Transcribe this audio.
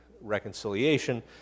reconciliation